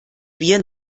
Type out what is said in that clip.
wir